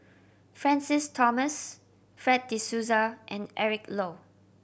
Francis Thomas Fred De Souza and Eric Low